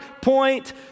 point